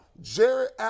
Jared